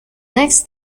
next